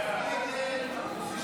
ההצעה להעביר לוועדה את הצעת חוק